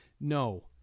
No